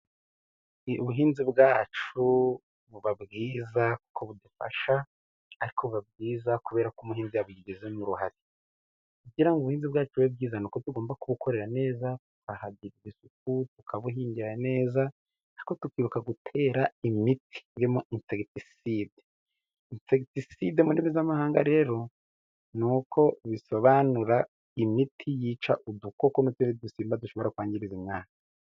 Ubuhinzi bwacu buba bwiza kuko budufasha, ariko buba bwiza kubera ko umuhinzi yabigizemo uruhare. kugira ngo ubuhinzi bwacu bube bwiza, ni uko tugomba kubukorera neza tukahagirira isuku, tukabuhingira neza, ariko tukibuka gutera imiti irimo ensegitiside, ensegitiside mu ndimi z'amahanga rero, ni uko bisobanura imiti yica udukoko n'utundi dusimba dushobora kwangiza imyaka.